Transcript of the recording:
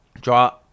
draw